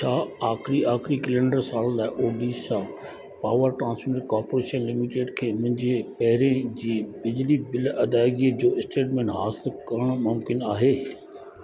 छा आखिरीं आखिरीं किलेंडर साल लाइ Odisha power transmission corporation limited खे मुंहिंजे पहिरें जी बिजली बिल अदायगी जो स्टेटमेंट हासिलु करणु मुमकिन आहे